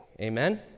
Amen